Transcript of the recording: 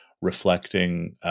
reflecting